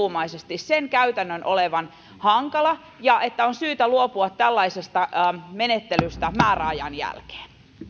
hyvin yksituumaisesti sen käytännön olevan hankala ja että on syytä luopua tällaisesta menettelystä määräajan jälkeen